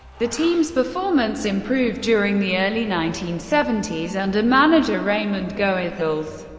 the team's performance improved during the early nineteen seventy s, under manager raymond goethals.